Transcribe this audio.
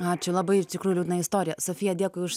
ačiū labai iš tikrųjų liūdna istorija sofija dėkui už